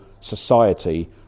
society